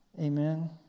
Amen